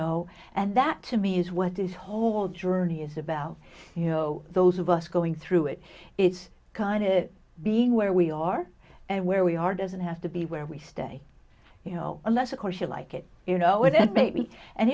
know and that to me is what this whole journey is about you know those of us going through it is kind of being where we are and where we are doesn't have to be where we stay you know unless of course you like it you know it and baby and